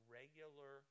regular